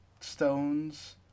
Stones